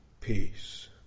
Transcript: Peace